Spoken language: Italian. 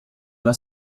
alla